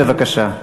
בבקשה.